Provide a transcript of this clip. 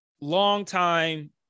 longtime